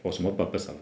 for 什么 purpose ah